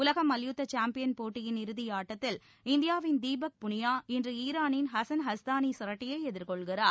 உலக மல்யுத்த சாம்பியின் போட்டியின் இறுதியாட்டத்தில் இந்தியாவின் தீபக் புனியா இன்று ஈரானின் ஹசன் யஸ்தானிசரட்டியை எதிர்கொள்கிறார்